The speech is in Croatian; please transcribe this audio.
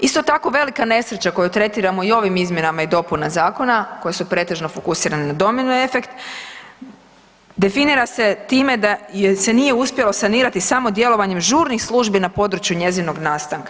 Isto tako velika nesreća koju tretiramo i ovim izmjenama i dopuna zakona koje su pretežno fokusirani na domino efekt definira se time da se nije uspjelo sanirati samo djelovanjem žurnih službi na području njezinog nastanka.